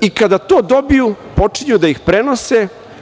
i kada to dobiju počinju da ih prenose